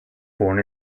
born